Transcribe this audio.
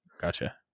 Gotcha